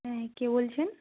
হ্যাঁ কে বলছেন